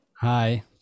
Hi